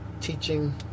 teaching